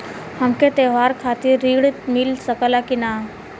हमके त्योहार खातिर त्रण मिल सकला कि ना?